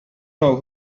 know